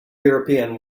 european